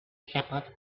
shepherd